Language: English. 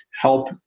help